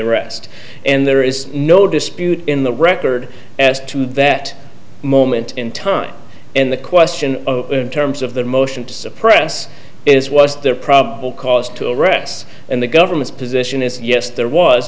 arrest and there is no dispute in the record as to that moment in time and the question of terms of the motion to suppress is was there probable cause to arrest and the government's position is yes there was